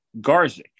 Garzik